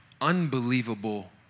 unbelievable